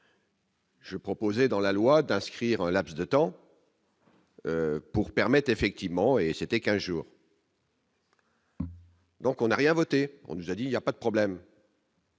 J'ai proposé dans la loi d'inscrire un laps de temps. Pour permettre effectivement, et c'était 15 jours. Donc, on n'a rien voter, on nous a dit il y a pas de problème.